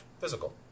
physical